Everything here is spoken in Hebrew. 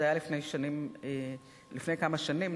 זה היה לפני כמה שנים,